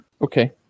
Okay